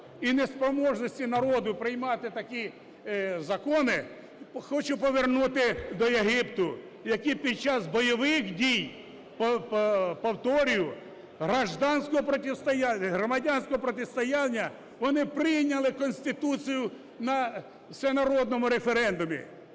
і неспроможності народу приймати такі закони, хочу повернути до Єгипту, який під час бойових дій, повторюю, гражданского противостояния, громадянського протистояння, вони прийняли Конституцію на всенародному референдумі.